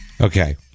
Okay